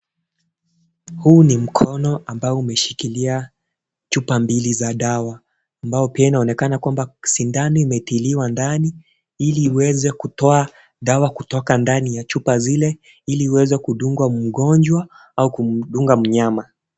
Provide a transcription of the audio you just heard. Huu ni mkono ambao umeshikilia chupa mbili za dawa. Ambao pia inaonekana kwamba shindano imetiliwa ndani, ili iweze kutoa dawa kutoka ndani ya chupa zile ili iweze kudungwa mgonjwa au kumdunga mnyama.